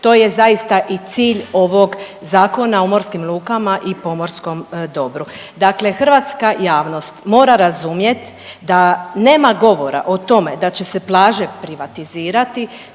to je zaista i cilj ovog Zakona o morskim lukama i pomorskom dobru. Dakle, hrvatska javnost mora razumjet da nema govora o tome da će se plaže privatizirati,